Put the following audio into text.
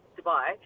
Dubai